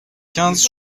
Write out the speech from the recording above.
quinze